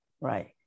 right